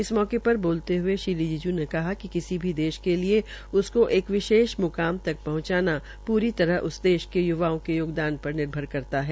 इस मौके पर बोलते हये श्री रिजिजू ने कहा कि किसी भी देश के लिए उसको एक विशेष मुकाम तक पहुंचाना पूरी तरह उस देश के युवाओं के योगदान पर निर्भर करता है